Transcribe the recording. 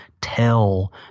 Tell